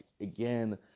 again